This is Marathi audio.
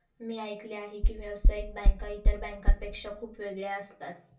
मी ऐकले आहे की व्यावसायिक बँका इतर बँकांपेक्षा खूप वेगळ्या असतात